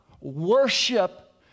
worship